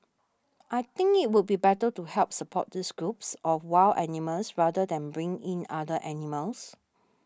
I think it would be better to help support these groups of wild animals rather than bring in other animals